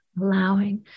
allowing